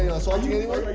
ah ah assaulting anyone?